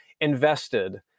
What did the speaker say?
invested